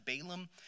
Balaam